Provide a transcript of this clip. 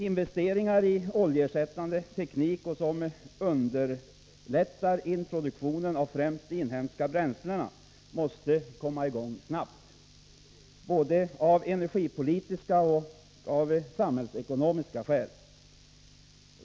Investeringar i oljeersättande teknik och teknik som underlättar introduktionen av främst de inhemska bränslena måste komma i gång snabbt — både av energipolitiska och samhällsekonomiska skäl.